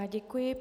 Děkuji.